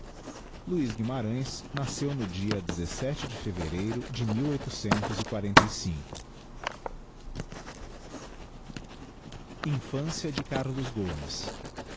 luiz guimarães nasceu no dia de fevereiro de infância de carlos gomes